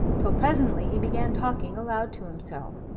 till presently he began talking aloud to himself.